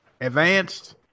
advanced